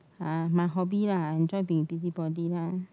!huh! my hobby lah I enjoy being busy body lah